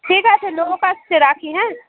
ঠিক আছে লোক আসছে রাখি হ্যাঁ